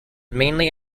mainly